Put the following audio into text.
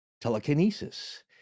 telekinesis